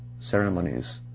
ceremonies